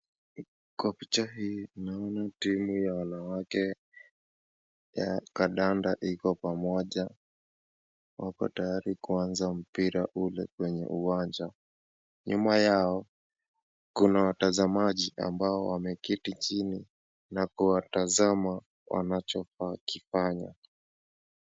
Kwa picha hii tunaona timu ya wanawake, ya kadanda iko pamoja, wako tayari kunza mpira ule kwenye uwanja, nyuma yao kuna watazamaji ambao wameti chini, na kuwatazama wanachokifanya.